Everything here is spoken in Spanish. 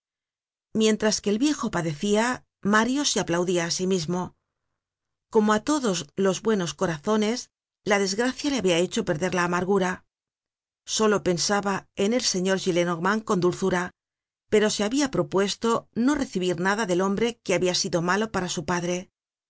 mientras que el viejo padecia mario se aplaudia á sí mismo como á todos los buenos corazones la desgracia le habia hecho perder la amargura solo pensaba en el señor gillenormand con dulzura pero se habia propuesto no recibir nada del hombre que habia sido malo para su padre